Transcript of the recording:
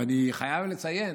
ואני חייב לציין